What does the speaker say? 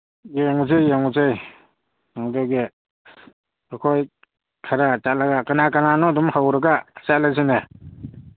ꯌꯦꯡꯉꯨꯁꯦ ꯌꯦꯡꯉꯨꯁꯦ ꯑꯗꯨꯒꯤ ꯑꯩꯈꯣꯏ ꯈꯔ ꯆꯠꯂꯒ ꯀꯅꯥ ꯀꯅꯥꯅꯣ ꯑꯗꯨꯝ ꯍꯧꯔꯒ ꯆꯠꯂꯁꯤꯅꯦ